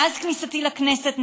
מאז כניסתי לכנסת,